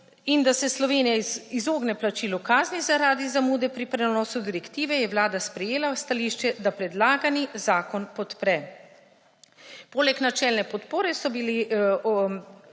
in da se Slovenija izogne plačilu kazni zaradi zamude pri prenosu direktive, je Vlada sprejela stališče, da predlagani zakon podpre. Poleg načelne podpore so bile